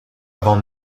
avant